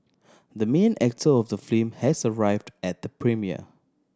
the main actor of the film has arrived at the premiere